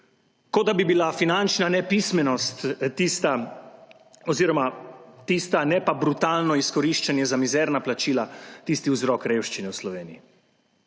kot da bi bila finančna nepismenost, ne pa brutalno izkoriščenje za mizerna plačila tisti vzrok revščine v Sloveniji.